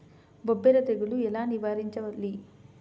బొబ్బర తెగులు ఎలా నివారించాలి?